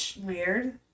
Weird